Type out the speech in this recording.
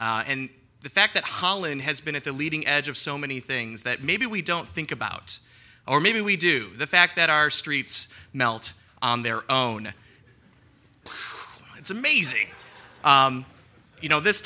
and the fact that holland has been at the leading edge of so many things that maybe we don't think about or maybe we do the fact that our streets melt on their own it's amazing you know this